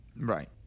Right